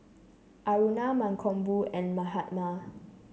Aruna Mankombu and Mahatma